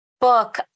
book